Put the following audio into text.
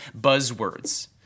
buzzwords